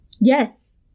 yes